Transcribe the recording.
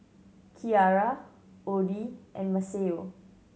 Kiarra Oddie and Maceo